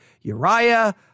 Uriah